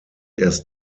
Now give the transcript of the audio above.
erst